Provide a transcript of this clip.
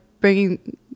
bringing